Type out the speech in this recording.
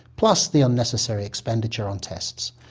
plus the unnecessary expenditure on tests.